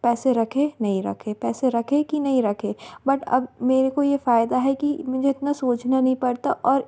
पैसे रखे नहीं रखे पैसे रखे कि नहीं रखे बट अब मेरे को ये फ़ायदा है कि मुझे इतना सोचना नहीं पड़ता और